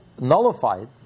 nullified